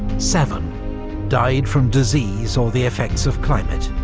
seven died from disease or the effects of climate.